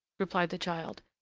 replied the child,